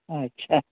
अच्छा